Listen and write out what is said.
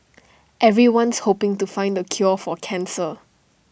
everyone's hoping to find the cure for cancer